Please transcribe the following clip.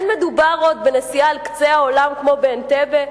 אין מדובר עוד בנסיעה עד קצה העולם כמו באנטבה,